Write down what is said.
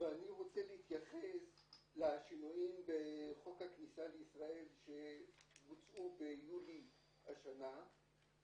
ואני רוצה להתייחס לשינויים בחוק הכניסה לישראל שבוצעו ביולי השנה,